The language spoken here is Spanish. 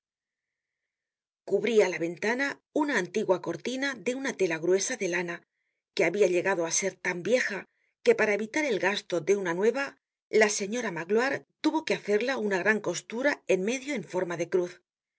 cubria la ventana una antigua cortina de una tela gruesa de lana que habia llegado á ser tan vieja que para evitar el gasto de una nueva la señora magloire tuvo que hacerla una gran costura en medio en forma de cruz